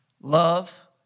love